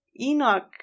Enoch